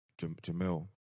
Jamil